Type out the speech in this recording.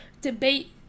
debate